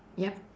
yup